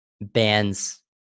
bands